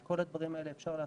כל הדברים האלה אפשר לעשות,